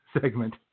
segment